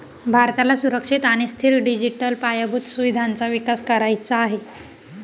भारताला सुरक्षित आणि स्थिर डिजिटल पायाभूत सुविधांचा विकास करायचा आहे